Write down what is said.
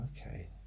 okay